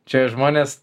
čia žmonės